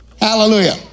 Hallelujah